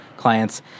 clients